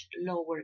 lower